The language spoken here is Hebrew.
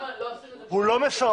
הוא לא מסרבל,